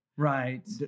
Right